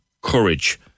courage